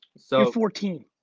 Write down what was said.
so fourteen,